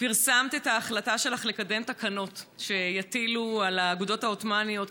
פרסמת את ההחלטה שלך לקדם תקנות שיטילו על האגודות העות'מאניות,